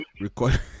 record